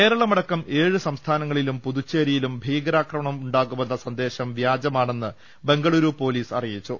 കേരളമടക്കം ഏഴ് സംസ്ഥാനങ്ങളിലും പുതുച്ചേരിയിലും ഭീക രാക്രമണം ഉണ്ടാകുമെന്ന സന്ദേശം വൃാജമാണെന്ന് ബംഗളുരു പൊലീസ് അറിയിച്ചു